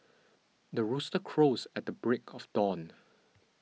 the rooster crows at the break of dawn